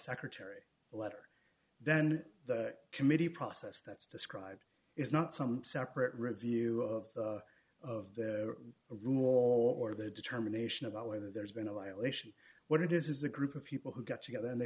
secretary a letter then the committee process that's described is not some separate review of of the room or the determination about whether there's been a violation what it is is a group of people who got together and they